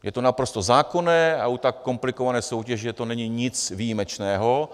Je to naprosto zákonné a u tak komplikované soutěže to není nic výjimečného.